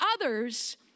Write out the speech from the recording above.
others